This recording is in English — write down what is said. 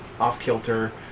off-kilter